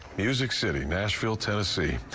music city, nashville, tennessee.